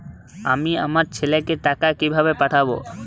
আমি আমার ছেলেকে টাকা কিভাবে পাঠাব?